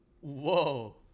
whoa